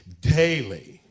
daily